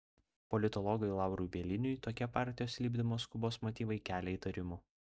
politologui laurui bieliniui tokie partijos lipdymo skubos motyvai kelia įtarimų